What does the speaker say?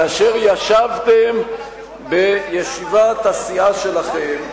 כאשר ישבתם בישיבת הסיעה שלכם,